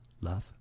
Love